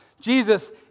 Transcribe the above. Jesus